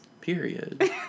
period